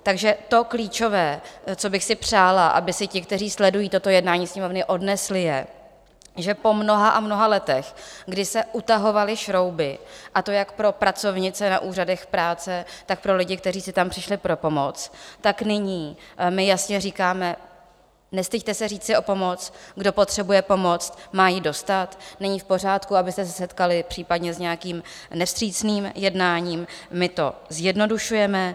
Takže to klíčové, co bych si přála, aby si ti, kteří sledují toto jednání Sněmovny, odnesli, je, že po mnoha a mnoha letech, kdy se utahovaly šrouby, a to jak pro pracovnice na úřadech práce, tak pro lidi, kteří si tam přišli pro pomoc, tak nyní my jasně říkáme: nestyďte se říci o pomoc, kdo potřebuje pomoc, má ji dostat, není v pořádku, abyste se setkali případně s nějakým nevstřícným jednáním, my to zjednodušujeme.